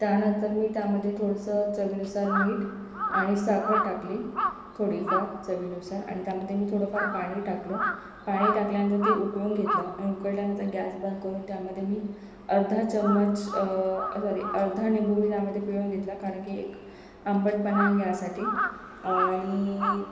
त्यानंतर मी त्यामध्ये थोडंसं चवीनुसार मीठ आणि साखर टाकली थोडीफार चवीनुसार आणि त्यामध्ये मी थोडंफार पाणी टाकलं पाणी टाकल्यानं ते उकळून घेतलं आणि उकळल्यानंतर गॅस बन करून त्यामध्ये मी अर्धा चम्मच सॉरी अर्धा निंबू मी त्यामध्ये पिळून घेतला कारण की एक आंबटपणा यासाठी आणि